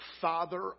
father